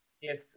Yes